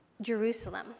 Jerusalem